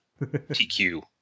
TQ